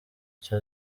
cyo